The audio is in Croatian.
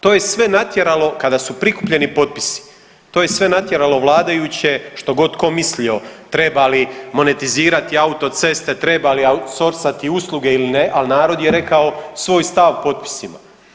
To je sve natjeralo kada su prikupljeni potpisi, to je sve natjeralo vladajuće, što god tko mislio trebali li monetizirati autoceste, trebali outsourceati usluge ili ne, ali narod je rekao svoj stav potpisima.